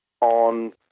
on